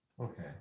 Okay